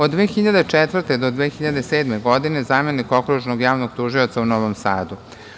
Od 2004-2007. godine zamenik Okružnog javnog tužioca u Novom Sadu.